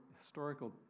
historical